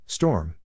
Storm